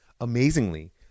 Amazingly